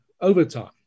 overtime